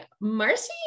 Marcy